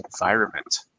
environment